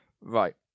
Right